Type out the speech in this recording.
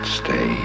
stay